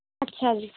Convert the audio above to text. ਅੱਛਾ ਜੀ